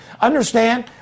understand